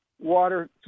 water